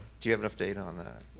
do you have enough data on that?